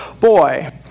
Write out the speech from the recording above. boy